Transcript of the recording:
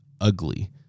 ugly